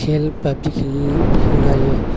کھیل پبجی کھیلنا یہ